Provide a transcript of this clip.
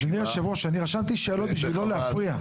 אדוני היושב-ראש, רשמתי שאלות בשביל לא להפריע.